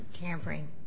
tampering